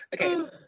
Okay